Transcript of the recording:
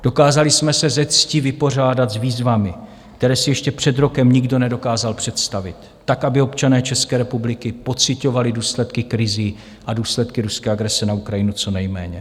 Dokázali jsme se se ctí vypořádat s výzvami, které si ještě před rokem nikdo nedokázal představit, tak, aby občané České republiky pociťovali důsledky krizí a důsledky ruské agrese na Ukrajinu co nejméně.